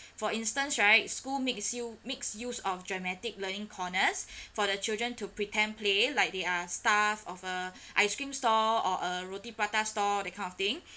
for instance right school makes you makes use of dramatic learning corners for the children to pretend play like they are stuff of a ice cream store or a roti prata stall that kind of thing